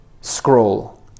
scroll